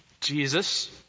Jesus